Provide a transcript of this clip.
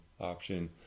option